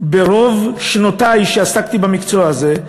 ברוב שנותי שעסקתי במקצוע הזה,